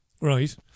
Right